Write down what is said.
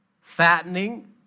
fattening